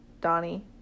Donnie